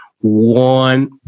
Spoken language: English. one